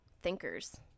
thinkers